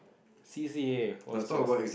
C_C_A what was yours